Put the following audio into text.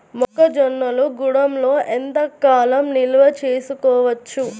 మొక్క జొన్నలు గూడంలో ఎంత కాలం నిల్వ చేసుకోవచ్చు?